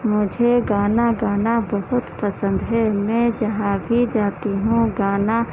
مجھے گانا گانا بہت پسند ہے میں جہاں بھی جاتی ہوں گانا